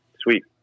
Sweet